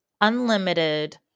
unlimited